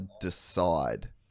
decide